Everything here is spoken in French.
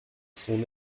son